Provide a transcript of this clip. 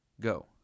Go